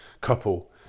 couple